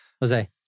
Jose